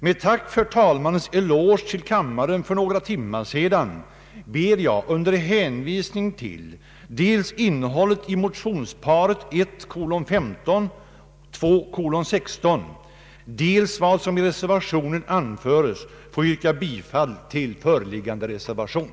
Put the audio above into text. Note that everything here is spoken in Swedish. Med tack för talmannens eloge till kammaren för några timmar sedan ber jag — under hänvisning dels till innehållet i motionsparet 1: 15 och II: 16, dels till vad som i reservationen anförts — få yrka bifall till föreliggande reservation.